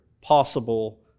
possible